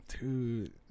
Dude